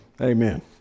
Amen